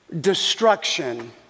destruction